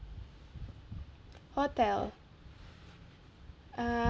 hotel err